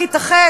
כיתה ח'